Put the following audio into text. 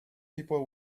people